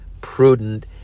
prudent